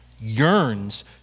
yearns